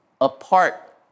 apart